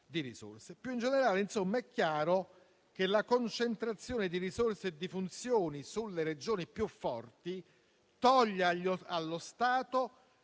Più in generale, insomma, è chiaro che la concentrazione di risorse e di funzioni sulle Regioni più forti toglie allo Stato